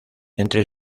entre